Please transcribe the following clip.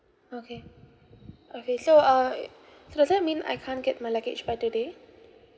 okay okay so uh so does that mean I can't get my luggage by today